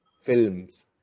films